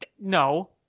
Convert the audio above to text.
No